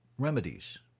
remedies